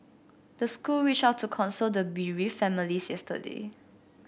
the school reached out to console the bereaved families yesterday